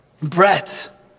Brett